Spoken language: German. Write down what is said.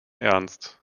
ernst